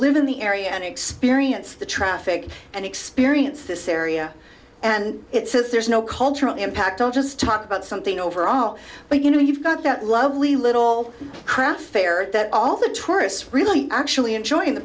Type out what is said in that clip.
live in the area and experience the traffic and experience this area and it says there's no cultural impact don't just talk about something overall but you know you've got that lovely little craft fair that all the tourists really actually enjoy in the